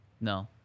No